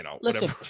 Listen